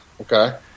okay